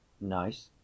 Nice